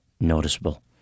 noticeable